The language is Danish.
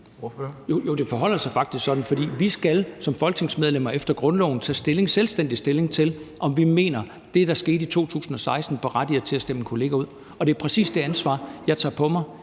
det forholder sig faktisk sådan, for som folketingsmedlemmer skal vi efter grundloven tage selvstændig stilling til, om vi mener, at det, der skete i 2016, berettiger til at stemme en kollega ud, og det er præcis det ansvar, jeg tager på mig